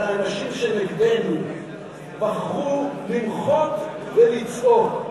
אבל האנשים שנגדנו בחרו למחות ולצעוק,